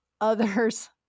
others